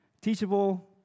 teachable